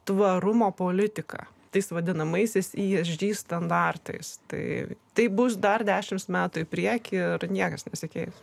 tvarumo politika tais vadinamaisiais yesdi standartais tai taip bus dar dešimt metų į priekį ir niekas nesikeis